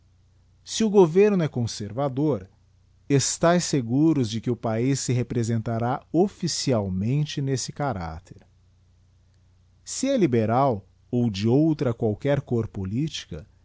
se o governo é conservador estae seguros de que o paiz se representará officialmente nese caracter se é liberal ou de outra qualquer côr politica